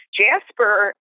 Jasper